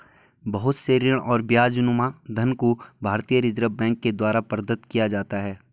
बहुत से ऋण और ब्याजनुमा धन को भारतीय रिजर्ब बैंक के द्वारा प्रदत्त किया जाता है